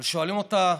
אז שואלים אותה: